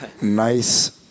Nice